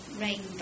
rainbow